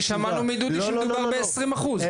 נראה לי ששמענו מדודי שמדובר בעשרים אחוז.